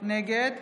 נגד